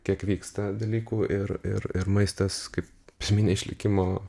kiek vyksta dalykų ir ir ir maistas kaip esminė išlikimo